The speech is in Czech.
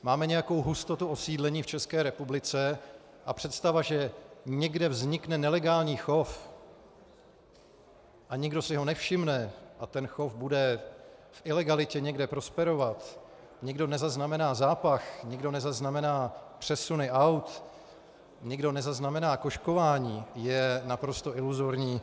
Máme nějakou hustotu osídlení v České republice a představa, že někde vznikne nelegální chov a nikdo si ho nevšimne a ten chov bude v ilegalitě někde prosperovat, nikdo nezaznamená zápach, nikdo nezaznamená přesuny aut, nikdo nezaznamená kožkování, je naprosto iluzorní.